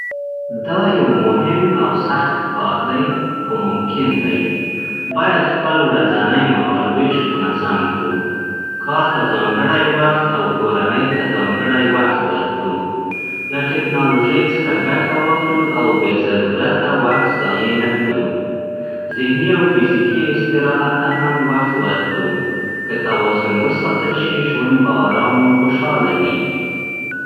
دا یو مهم او سخت کار دی، خو ممکن دی. باید خپل ورځنی مهال‌ویش منظم کړو. کار ته ځانګړی وخت او کورنۍ ته ځانګړی وخت ورکړو. له ټېکنالوژۍ څخه ګټه واخلو او بې ضرورته وخت ضایع نه کړو. ذهني او فزیکي استراحت ته هم وخت ورکړو. که توازن وساتل شي، ژوند به آرام او خوشحاله وي.